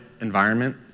environment